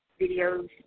videos